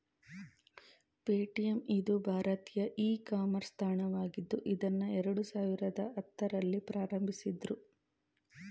Paytm ಇದು ಭಾರತೀಯ e commerce ತಾಣವಾಗಿದ್ದು ಇದ್ನಾ ಎರಡು ಸಾವಿರದ ಹತ್ತುರಲ್ಲಿ ಪ್ರಾರಂಭಿಸಿದ್ದ್ರು